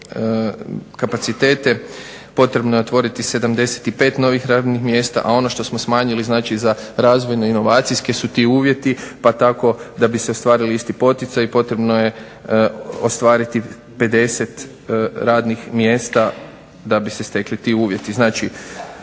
kapacitete potrebno je otvoriti novih 75 radnih mjesta, a ono što smo smanjili znači za razvojno inovacijski su ti uvjeti pa tako da bi se ostavili isti poticaj potrebno je ostvariti 50 radnih mjesta da bi se stekli ti uvjeti. Znači,